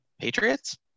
Patriots